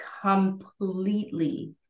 completely